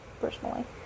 personally